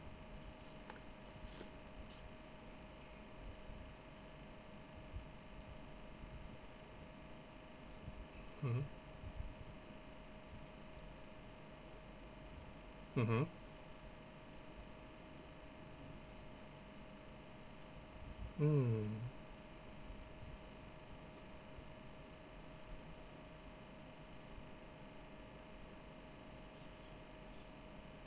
hmm mmhmm mm